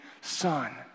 son